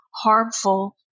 harmful